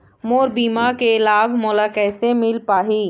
मोर बीमा के लाभ मोला कैसे मिल पाही?